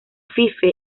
fife